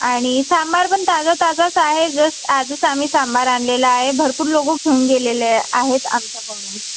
आणि सांबार पण ताजा ताजाच आहे जस्ट आजच आम्ही सांबार आणलेला आहे भरपूर लोक घेऊन गेलेले आहेत आमच्याकडून